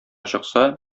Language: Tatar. чыкса